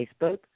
Facebook